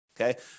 Okay